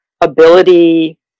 ability